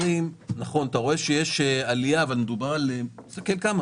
נכון, אתה רואה שיש עלייה, אבל תראה של כמה.